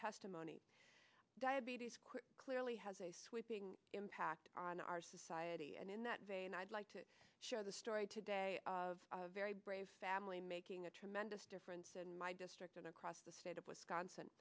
testimony diabetes quite clearly has a sweeping impact on our society and in that vein i'd like to share the story today of a very brave family making a tremendous difference in my district and across the state of wisconsin